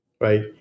right